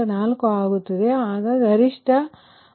4 ಆಗಿರುತ್ತದೆ ಇದು ನಾವು ಈ ಗರಿಷ್ಠ 180 MW